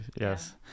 yes